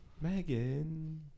Megan